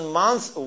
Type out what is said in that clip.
months